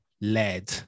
led